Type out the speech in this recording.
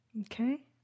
okay